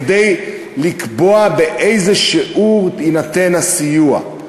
כדי לקבוע באיזה שיעור יינתן הסיוע.